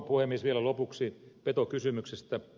vielä lopuksi petokysymyksestä